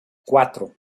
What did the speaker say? quatro